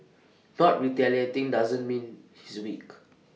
not retaliating doesn't mean he's weak